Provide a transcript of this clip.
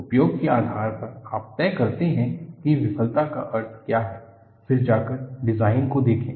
उपयोग के आधार पर आप तय करते हैं कि विफलता का अर्थ क्या है फिर जाकर डिजाइन को देखें